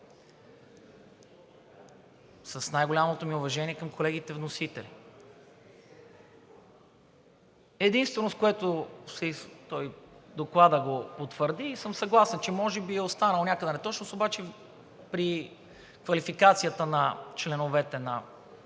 с най-голямото ми уважение към колегите вносители. Единствено Докладът го потвърди и съм съгласен, че може би е останала някъде неточност, обаче при квалификацията на членовете на